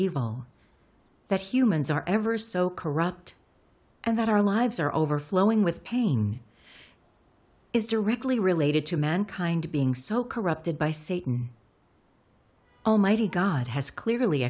evil that humans are ever so corrupt and that our lives are overflowing with pain is directly related to mankind being so corrupted by satan almighty god has clearly